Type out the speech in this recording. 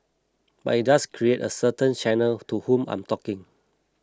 but it does create a certain channel to whom I'm talking